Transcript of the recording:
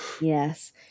yes